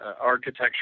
architecture